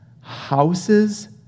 Houses